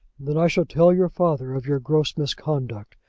then i shall tell your father of your gross misconduct,